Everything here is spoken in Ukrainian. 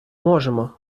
можемо